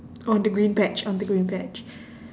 on the green patch on the green patch